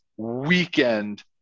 Weekend